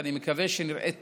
ואני מקווה שנראה תוצאות,